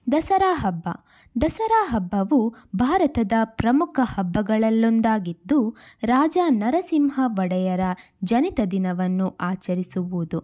ದಸರಾ ಹಬ್ಬ ದಸರಾ ಹಬ್ಬವು ಭಾರತದ ಪ್ರಮುಖ ಹಬ್ಬಗಳಲ್ಲೊಂದಾಗಿದ್ದು ರಾಜ ನರಸಿಂಹ ಒಡೆಯರ ಜನಿತ ದಿನವನ್ನು ಆಚರಿಸುವುದು